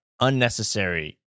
unnecessary